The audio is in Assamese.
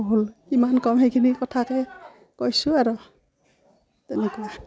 বহুল কিমান কম সেইখিনি কথাকে কৈছোঁ আৰু তেনেকুৱা